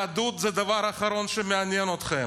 יהדות היא הדבר האחרון שמעניין אתכם.